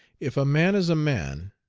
if a man is a man,